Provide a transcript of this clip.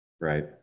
right